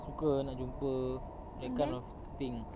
suka nak jumpa that kind of thing